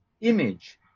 image